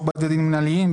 בחוק בתי דין מינהליים,